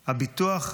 הביטוח,